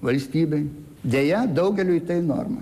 valstybei deja daugeliui tai norma